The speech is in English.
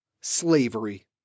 Slavery